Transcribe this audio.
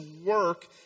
work